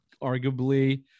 arguably